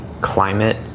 climate